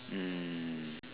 mm